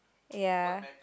ya